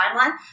timeline